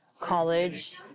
college